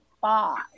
five